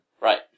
Right